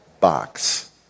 Box